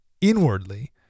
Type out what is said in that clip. inwardly